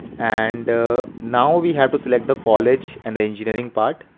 and now we have to select the college and the engineering part.